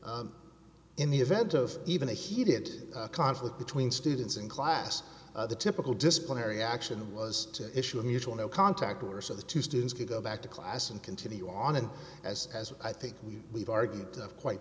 in the event of even a heated conflict between students and class the typical disciplinary action was to issue a mutual no contact order so the two students could go back to class and continue on and as as i think we've argued quite